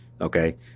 Okay